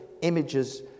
images